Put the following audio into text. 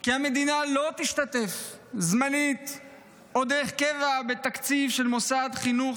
כי המדינה לא תשתתף זמנית או דרך קבע בתקציב של מוסד חינוך